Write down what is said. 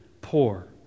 poor